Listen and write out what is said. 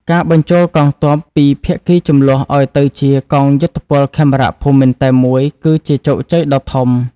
ការបញ្ចូលកងទ័ពពីភាគីជម្លោះឱ្យទៅជា "កងយោធពលខេមរភូមិន្ទ" តែមួយ គឺជាជោគជ័យដ៏ធំ។